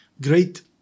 Great